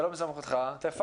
אם זה לא בסמכותך, תפרש.